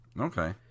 Okay